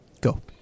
Go